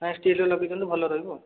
ନାଇଁ ଷ୍ଟିଲର ଲଗେଇ ଦିଅନ୍ତୁ ଭଲ ରହିବ ଆଉ